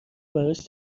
براش